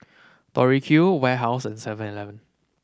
Tori Q Warehouse and Seven Eleven